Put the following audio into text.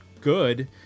good